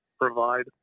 provide